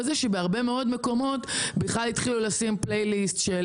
אני יודעת שבהרבה מאוד מקומות התחילו לשים רשימות השמעה,